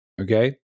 Okay